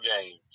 games